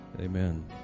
Amen